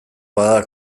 bada